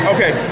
Okay